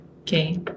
okay